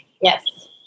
Yes